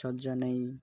ସଜ ନେଇ